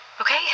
okay